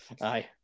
Aye